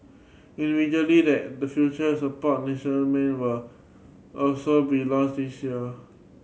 individually that the further support national men will also be launched this year